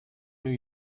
new